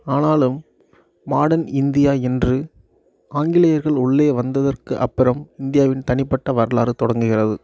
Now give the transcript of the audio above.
ஆனாலும் modern India என்று ஆங்கிலேயர்கள் உள்ளே வந்ததற்கு அப்புறம் இந்தியாவின் தனிப்பட்ட வரலாறு தொடங்குகிறது